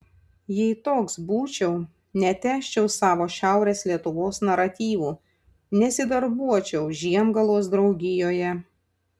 jei toks būčiau netęsčiau savo šiaurės lietuvos naratyvų nesidarbuočiau žiemgalos draugijoje